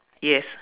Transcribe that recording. yes